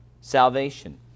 salvation